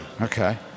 Okay